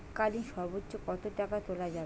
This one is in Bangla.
এককালীন সর্বোচ্চ কত টাকা তোলা যাবে?